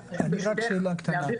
מבקשת ברשותך להעביר את